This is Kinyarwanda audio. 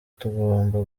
tugomba